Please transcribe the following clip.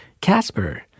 Casper